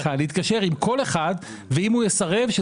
להתקשר עם כל אחד ואם הוא יסרב,